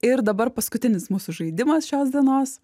ir dabar paskutinis mūsų žaidimas šios dienos